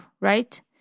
right